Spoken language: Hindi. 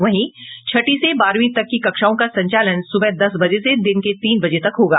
वहीं छठी से बारहवीं तक की कक्षाओं का संचालन सुबह दस बजे से दिन के तीन बजे तक होगा